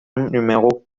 numéro